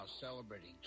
celebrating